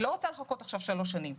היא לא רוצה לחכות שלוש שנים.